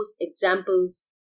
examples